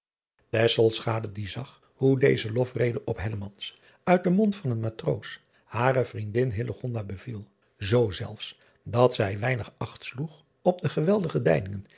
die zag hoe deze lofrede op uit den mond van een matroos hare vriendin beviel zoo zelfs dat zij weinig acht sloeg op de geweldige